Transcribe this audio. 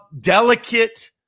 delicate